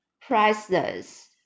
priceless